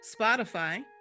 spotify